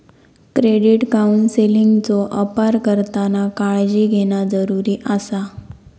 credit काउन्सेलिंगचो अपार करताना काळजी घेणा जरुरी आसा